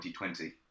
2020